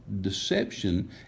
deception